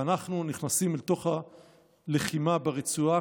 ואנחנו נכנסים לתוך הלחימה ברצועה.